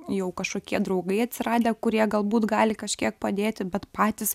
jau kažkokie draugai atsiradę kurie galbūt gali kažkiek padėti bet patys